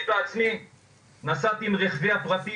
הוא כשאני בעצמי נסעתי עם רכבי הפרטי,